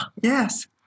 Yes